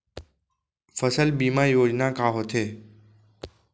फसल बीमा योजना का होथे?